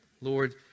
Lord